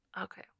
Okay